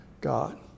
God